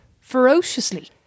ferociously